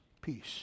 peace